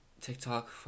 TikTok